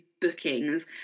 bookings